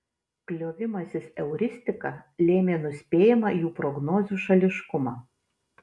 kliovimasis euristika lėmė nuspėjamą jų prognozių šališkumą